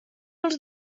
els